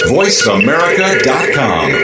voiceamerica.com